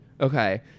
okay